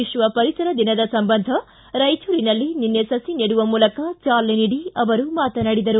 ವಿಶ್ವ ಪರಿಸರ ದಿನದ ಸಂಬಂಧ ರಾಯಚೂರಿನಲ್ಲಿ ನಿನ್ನೆ ಸುಿ ನೆಡುವ ಮೂಲಕ ಚಾಲನೆ ನೀಡಿ ಅವರು ಮಾತನಾಡಿದರು